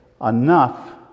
enough